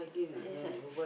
yes ah